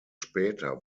später